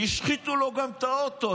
השחיתו לו גם את האוטו.